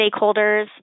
stakeholders